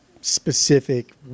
specific